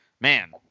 Man